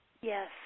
Yes